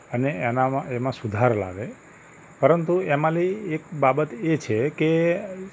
અને એનામાં એમાં સુધાર લાવે પરંતુ એમાંની એક બાબત એ છે કે